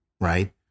right